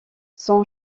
son